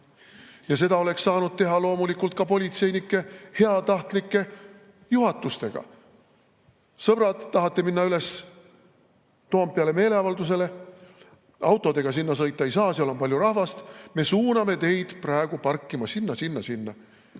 ja seda oleks saanud teha loomulikult ka politseinike heatahtlike juhatustega. "Sõbrad, tahate minna üles Toompeale meeleavaldusele? Autodega sinna sõita ei saa, seal on palju rahvast, me suuname teid praegu parkima sinna, sinna ja sinna."